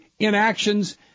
inactions